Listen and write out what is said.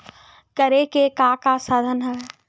करे के का का साधन हवय?